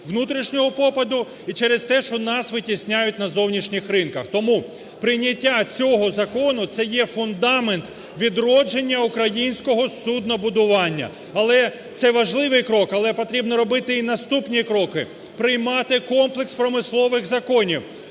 внутрішнього попиту і через те, що нас витісняють на зовнішніх ринках. Тому прийняття цього закону – це є фундамент відродження українського суднобудування. Але… Це важливий крок, але потрібно робити і наступні кроки, приймати комплекс промислових законів: